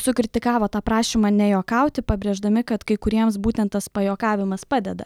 sukritikavo tą prašymą nejuokauti pabrėždami kad kai kuriems būtent tas pajuokavimas padeda